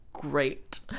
great